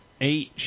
Eight